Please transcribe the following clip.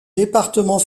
département